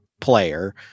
player